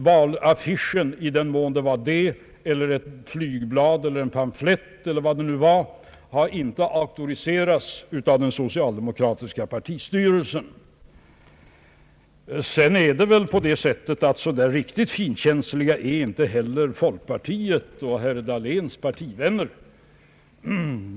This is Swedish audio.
Valaffischen, i den mån det var en sådan eller ett flygblad eller en pamflett eller vad det nu var, har inte auktoriserats av den socialdemokratiska partistyrelsen. Vidare är det väl på det sättet att så där riktigt finkänsliga är inte heller folkpartiets och herr Dahléns partivänner.